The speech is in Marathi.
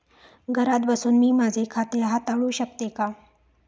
घरात बसून मी माझे खाते हाताळू शकते का?